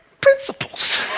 principles